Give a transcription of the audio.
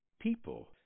People